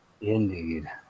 indeed